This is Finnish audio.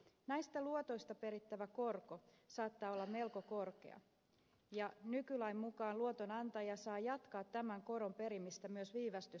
näistä luotoista perittävä korko saattaa olla melko korkea ja nykylain mukaan luotonantaja saa jatkaa tämän koron perimistä myös viivästysaikana